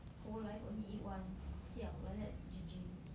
whole life only eat one siao like that G_G already